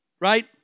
right